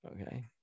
Okay